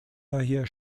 daher